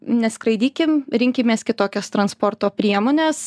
neskraidykim rinkimės kitokias transporto priemones